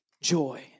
joy